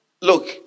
look